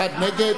אחד נגד.